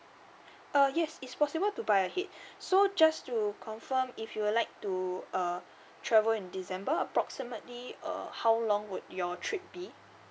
uh yes it's possible to buy ahead so just to confirm if you would like to uh travel in december approximately uh how long would your trip be